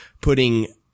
putting